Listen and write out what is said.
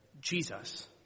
Jesus